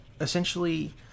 essentially